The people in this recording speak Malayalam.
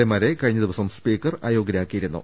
എമാരെ കഴിഞ്ഞ ദിവസം സ്പീക്കർ അയോഗ്യരാക്കി യിരുന്നു